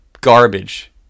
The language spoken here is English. garbage